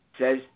says